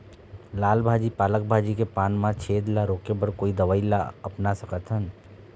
लाल भाजी पालक भाजी के पान मा छेद ला रोके बर कोन दवई ला अपना सकथन?